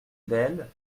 belle